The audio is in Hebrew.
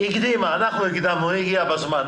אנחנו הקדמנו והיא הגיעה בזמן